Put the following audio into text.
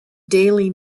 daily